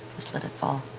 just let it fall.